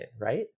right